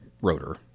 rotor